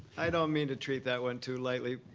i don't mean to treat that one too lightly,